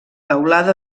teulada